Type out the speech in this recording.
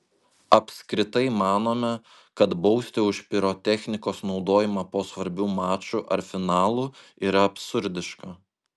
apskritai manome kad bausti už pirotechnikos naudojimą po svarbių mačų ar finalų yra absurdiška